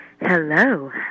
hello